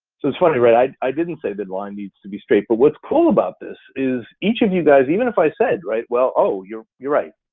so it's funny, right? i i didn't say that line needs to be straight but what's cool about this is each of you guys, even if i said right, well oh, you're you're right,